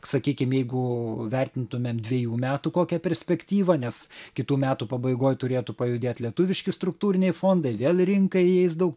sakykim jeigu vertintumėm dvejų metų kokią perspektyvą nes kitų metų pabaigoj turėtų pajudėt lietuviški struktūriniai fondai vėl į rinką įeis daug